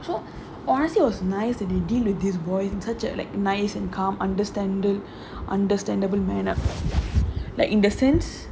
so honestly was nice that they deal with this voice such as like nice and calm understandable understandable man up like in the sense